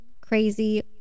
crazy